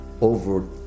over